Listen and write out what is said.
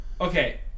Okay